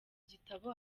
gitabo